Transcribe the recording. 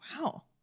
wow